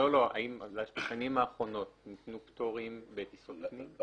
בשנים האחרונות ניתנו פטורים בטיסות פנים?